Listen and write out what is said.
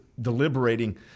deliberating